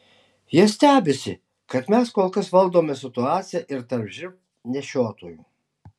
jie stebisi kad mes kol kas valdome situaciją ir tarp živ nešiotojų